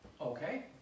Okay